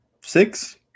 six